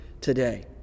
today